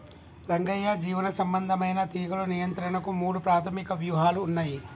రంగయ్య జీవసంబంధమైన తీగలు నియంత్రణకు మూడు ప్రాధమిక వ్యూహాలు ఉన్నయి